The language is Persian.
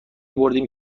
بردیم